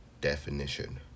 Definition